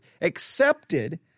accepted